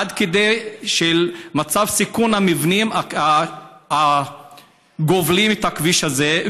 עד כדי מצב של סיכון המבנים הגובלים בכביש הזה,